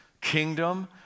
kingdom